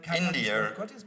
India